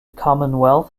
commonwealth